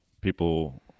people